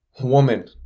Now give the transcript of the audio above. woman